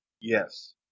Yes